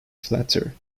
flatter